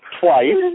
twice